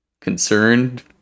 concerned